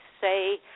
say